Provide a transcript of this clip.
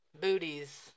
booties